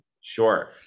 Sure